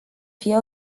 fie